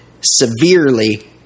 severely